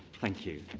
thank you.